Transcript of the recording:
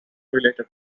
related